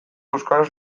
euskaraz